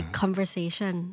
conversation